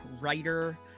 writer